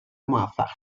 موفق